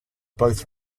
both